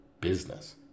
business